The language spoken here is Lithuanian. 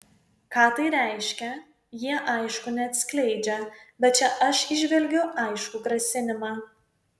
ką tai reiškia jie aišku neatskleidžia bet čia aš įžvelgiu aiškų grasinimą